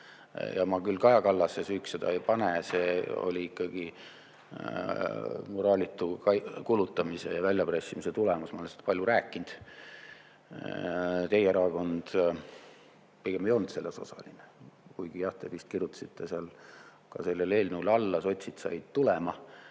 Ja ma küll Kaja Kallase süüks seda ei pane, see oli ikkagi moraalitu kulutamise ja väljapressimise tulemus. Ma olen sellest palju rääkinud. Teie erakond pigem ei olnud selles osaline, kuigi jah, te kirjutasite ka sellele eelnõule alla. Sotsid said tulema.